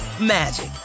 magic